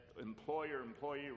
employer-employee